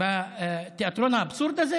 בתיאטרון האבסורד הזה?